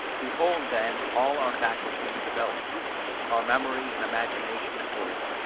behold then all our faculties developed our memory and imagination at work,